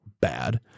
bad